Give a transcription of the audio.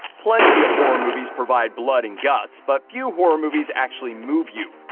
plenty of horror movies provide blood and guts, but few horror movies actually move you.